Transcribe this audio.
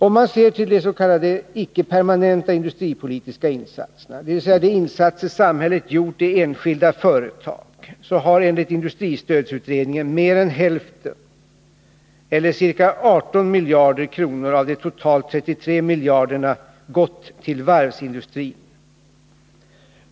Om man ser till de s.k. icke permanenta industripolitiska insatserna, dvs. de insatser som samhället har gjort i enskilda företag, så har enligt industristödsutredningen mer än hälften, ca 18 miljarder kronor av de totalt 33 miljarderna, gått till varvsindustrin.